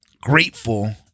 grateful